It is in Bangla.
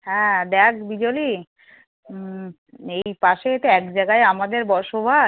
হ্যাঁ দেখ বিজলী এই পাশে তো এক জায়গায় আমাদের বসবাস